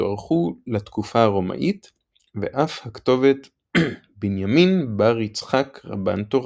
שתוארכו לתקופה הרומאית ואף הכתובת "בנימין בר יצחק רבן תורה".